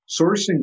sourcing